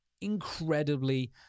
incredibly